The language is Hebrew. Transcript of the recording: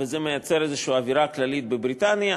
וזה מייצר איזו אווירה כללית בבריטניה,